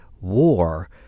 war